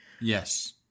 Yes